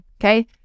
okay